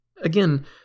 Again